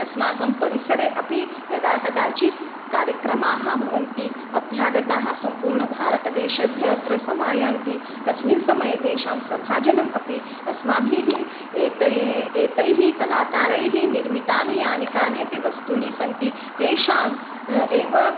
अस्माकं परिसरे अपि यदा कदाचित् कार्यक्रमाः भवन्ति अभ्यागताः सम्पूर्णभारतदेशेभ्यः अत्र समायान्ति तस्मिन् समये तेषां सभाजनम् अपि अस्माभिः एतयै एतैः कलाकारैः निर्मितानि यानि कानि अपि वस्तूनि सन्ति तेषां एव